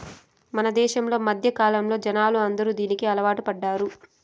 మన దేశంలో మధ్యకాలంలో జనాలు అందరూ దీనికి అలవాటు పడ్డారు